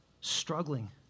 struggling